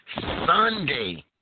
Sunday